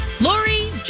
Lori